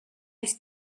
his